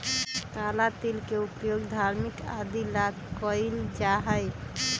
काला तिल के उपयोग धार्मिक आदि ला कइल जाहई